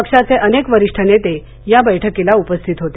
पक्षाचे अनेक वरिष्ठ नेते या बैठकीला उपस्थित होते